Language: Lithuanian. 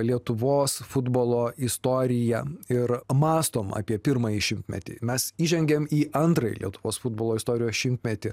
lietuvos futbolo istoriją ir mąstom apie pirmąjį šimtmetį mes įžengėm į antrąjį lietuvos futbolo istorijos šimtmetį